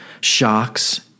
shocks